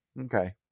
Okay